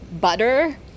butter